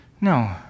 No